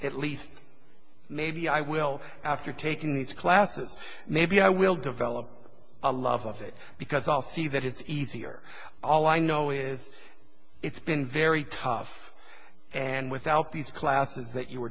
at least maybe i will after taking these classes maybe i will develop a love of it because i'll see that it's easier all i know is it's been very tough and without these classes that you were